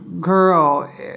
girl